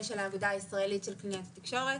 של האגודה הישראלית של קלינאיות התקשורת.